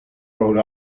wrote